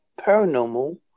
paranormal